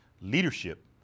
leadership